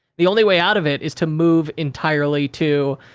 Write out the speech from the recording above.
the only way out of it is to move entirely to